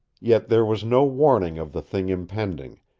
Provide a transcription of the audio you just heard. yet there was no warning of the thing impending,